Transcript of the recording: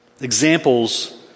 examples